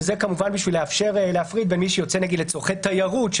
זה כדי לאפשר להפריד בין מי שיוצא לצורכי תיירות,